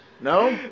No